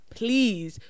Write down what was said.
please